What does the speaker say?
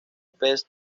pez